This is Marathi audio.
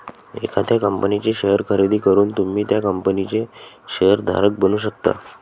एखाद्या कंपनीचे शेअर खरेदी करून तुम्ही त्या कंपनीचे शेअर धारक बनू शकता